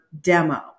demo